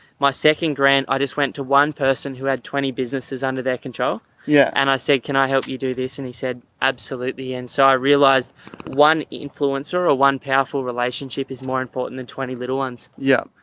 my second grant i just went to one person who had twenty businesses under their control yeah and i say, can i help you do this? and he said, absolutely. and so i realized one influencer or one powerful relationship is more important than twenty little ones. yeah.